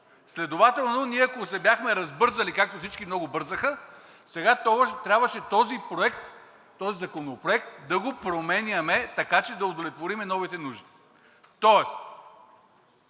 Следователно ние, ако се бяхме разбързали, както всички много бързаха, сега трябваше този проект, този законопроект да го променяме, така че да удовлетворим новите нужди. В